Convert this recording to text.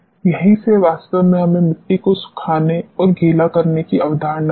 यहीं से वास्तव में हमें मिट्टी को सुखाने और गीला करने की अवधारणा मिली